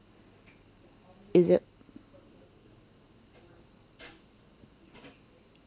is it